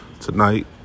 tonight